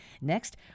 Next